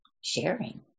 sharing